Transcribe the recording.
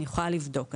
אני יכולה לבדוק.